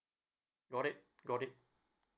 got it got it